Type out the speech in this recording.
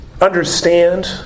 understand